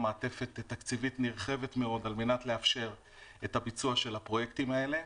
מעטפת תקציבית נרחבת מאוד על מנת לאפשר את הביצוע של הפרויקטים האלה.